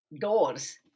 doors